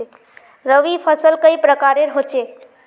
रवि फसल कई प्रकार होचे?